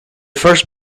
first